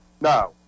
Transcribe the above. no